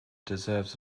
deserves